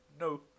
No